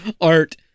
Art